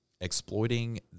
exploiting